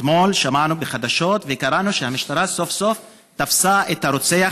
אתמול שמענו בחדשות וקראנו שהמשטרה סוף-סוף תפסה את הרוצח,